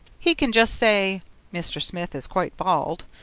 he can just say mr. smith is quite bald,